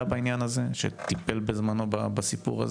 והעלייה בעניין הזה שטיפל בזמנו בסיפור,